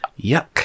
Yuck